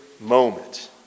moment